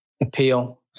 appeal